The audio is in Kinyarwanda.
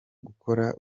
gukora